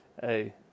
Hey